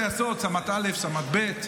מפקדי הטייסות, סמ"ט א', סמ"ט ב'.